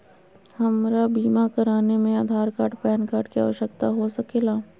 हमरा बीमा कराने में आधार कार्ड पैन कार्ड की आवश्यकता हो सके ला?